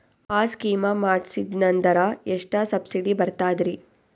ಆ ಸ್ಕೀಮ ಮಾಡ್ಸೀದ್ನಂದರ ಎಷ್ಟ ಸಬ್ಸಿಡಿ ಬರ್ತಾದ್ರೀ?